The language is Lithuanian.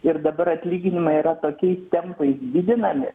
ir dabar atlyginimai yra tokiais tempais didinami